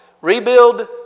rebuild